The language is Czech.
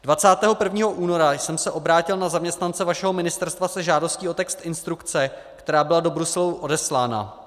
Dvacátého prvního února jsem se obrátil na zaměstnance vašeho ministerstva se žádostí o text instrukce, která byla do Bruselu odeslána.